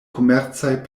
komercaj